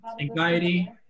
anxiety